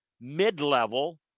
mid-level